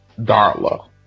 Darla